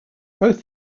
both